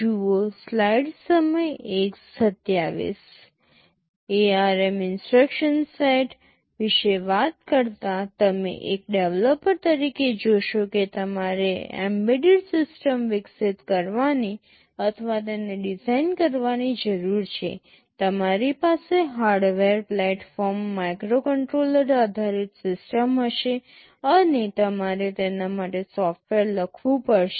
ARM instruction set વિશે વાત કરતા તમે એક ડેવલપર તરીકે જોશો કે તમારે એમ્બેડેડ સિસ્ટમ વિકસિત કરવાની અથવા તેને ડિઝાઇન કરવાની જરૂર છે તમારી પાસે હાર્ડવેર પ્લેટફોર્મ માઇક્રોકન્ટ્રોલર આધારિત સિસ્ટમ હશે અને તમારે તેના માટે સોફ્ટવેર લખવું પડશે